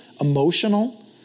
emotional